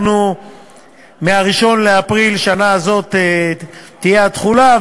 מ-1 באפריל שנה זו תהיה התחולה.